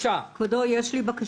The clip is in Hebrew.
כבודו, יש לי בקשה,